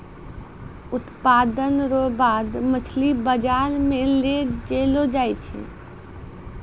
उत्पादन रो बाद मछली बाजार मे लै जैलो जाय छै